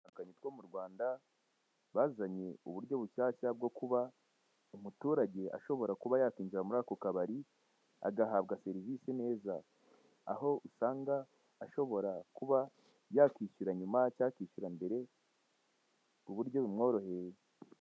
Ububari bwo mu Rwanda bwazanye uburyo bushyashya bwo kuba umuturage ashobora kuba yakwinjira muri ako kabari agahabwa serivise neza aho usanga ashobora kuba yakwishyura nyuma cyangwa akishyura mbere mu buryo bumworoheye.